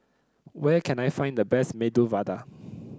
where can I find the best Medu Vada